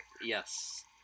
Yes